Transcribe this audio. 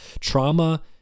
trauma